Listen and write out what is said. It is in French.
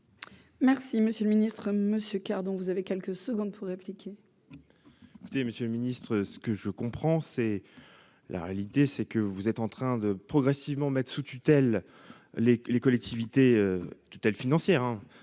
Merci monsieur le ministre, monsieur car, donc vous avez quelques secondes pour répliquer. écoutez Monsieur le Ministre, ce que je comprends, c'est la réalité, c'est que vous êtes en train de progressivement mettre sous tutelle les les collectivités tutelle financière,